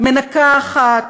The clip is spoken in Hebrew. מנקה אחת,